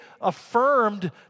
affirmed